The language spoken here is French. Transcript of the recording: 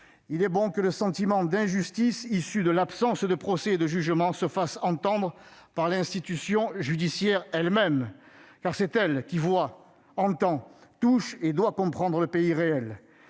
il est bon que le sentiment d'injustice né de l'absence de procès et de jugement se fasse entendre par l'institution judiciaire elle-même : car c'est elle qui voit, entend, touche et doit comprendre le pays réel.